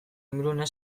ingurune